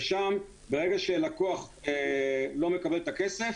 וברגע שלקוח לא מקבל את הכסף,